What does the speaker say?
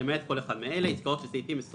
למעט כל אחד מאלה: עסקאות שסעיפים 20